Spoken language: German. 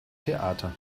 theater